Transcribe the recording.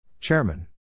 Chairman